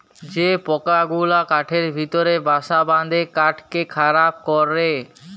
যে পকা গুলা কাঠের ভিতরে বাসা বাঁধে কাঠকে খারাপ ক্যরে